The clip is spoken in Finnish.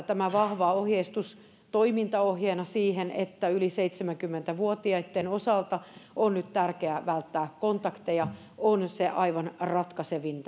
tämä vahva ohjeistus toimintaohjeena että yli seitsemänkymmentä vuotiaitten osalta on nyt tärkeää välttää kontakteja on se aivan ratkaisevin